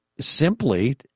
simply